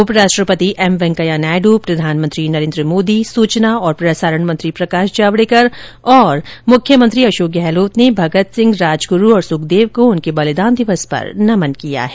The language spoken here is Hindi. उप राष्ट्रपति एम वैंकेया नायड प्रधानमंत्री नरेन्द्र मोदी सुचना और प्रसारण मंत्री प्रकाश जावडेकर और मुख्यमंत्री अशोक गहलोत ने भगत सिंह राजगुरु और सुखदेव को उनके बलिदान दिवस पर नमन किया है